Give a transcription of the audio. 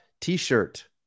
t-shirt